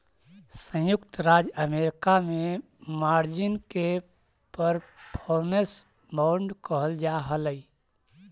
संयुक्त राज्य अमेरिका में मार्जिन के परफॉर्मेंस बांड कहल जा हलई